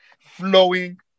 flowing